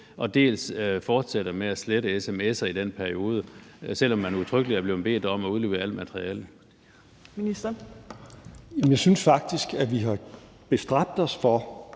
dels fortsætter med at slette sms'er i den periode, selv om man udtrykkeligt er blevet bedt om at udlevere alt materiale? Kl. 13:15 Tredje næstformand